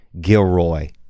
Gilroy